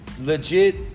Legit